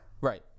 Right